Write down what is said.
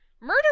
Murder